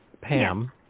Pam